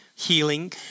healing